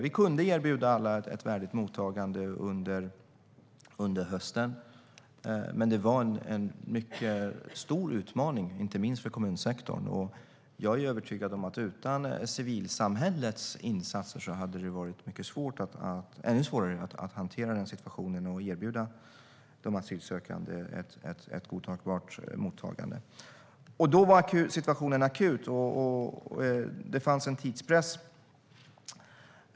Vi kunde erbjuda alla ett värdigt mottagande under hösten. Men det var en mycket stor utmaning inte minst för kommunsektorn. Jag är övertygad om att utan civilsamhällets insatser hade det varit ännu svårare att hantera den situationen och erbjuda de asylsökande ett godtagbart mottagande. Då blev situationen akut, och det fanns en tidspress.